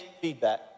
feedback